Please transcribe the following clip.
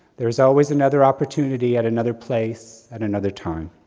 there's always another opportunity at another place, at another time.